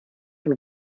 von